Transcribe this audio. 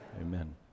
Amen